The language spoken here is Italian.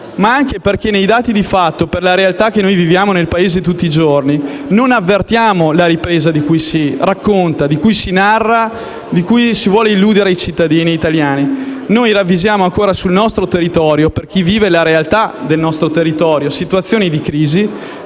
ma anche perché nei dati di fatto, per la realtà che noi viviamo nel Paese tutti i giorni, non avvertiamo la ripresa di cui si narra e di cui si vogliono illudere i cittadini italiani. Noi ravvisiamo ancora, sul nostro territorio, per chi vive la realtà del nostro territorio, situazioni di crisi